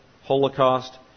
holocaust